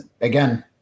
again